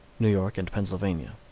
new york and pennsylvania.